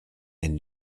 and